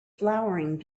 flowering